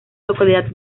localidad